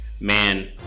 man